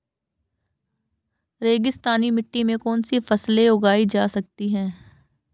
रेगिस्तानी मिट्टी में कौनसी फसलें उगाई जा सकती हैं?